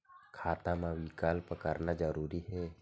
खाता मा विकल्प करना जरूरी है?